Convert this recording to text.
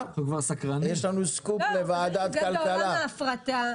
יש כאן סקופ לוועדת הכלכלה.